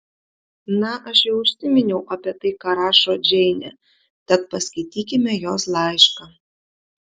na aš jau užsiminiau apie tai ką rašo džeinė tad paskaitykime jos laišką